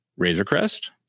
Razorcrest